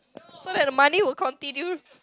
so that the money will continue